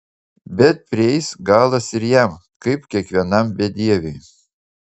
bet prieis galas ir jam kaip kiekvienam bedieviui